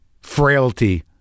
frailty